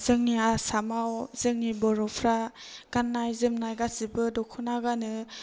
जोंनि आसामआव जोंनि बर'फ्रा गाननाय जोमनाय गासिबो दख'ना गानो